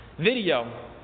video